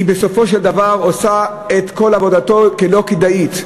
עושה בסופו של דבר את כל עבודתו לא כדאית.